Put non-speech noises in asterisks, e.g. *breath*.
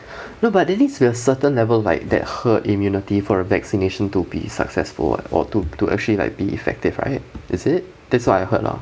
*breath* no but there needs to be a certain level like that herd immunity for a vaccination to be successful [what] or to to actually like be effective right is it that's what I heard lah